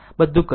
બધું કહ્યું